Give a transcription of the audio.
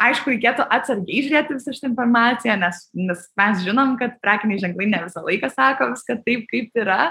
aišku reikėtų atsargiai žiurėt į visą šitą informaciją nes nes mes žinom kad prekiniai ženklai ne visą laiką sako viską kad taip kaip yra